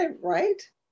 right